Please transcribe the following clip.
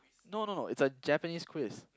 no no no it's a Japanese quiz